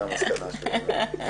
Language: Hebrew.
זו המסקנה שלי.